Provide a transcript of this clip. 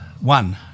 One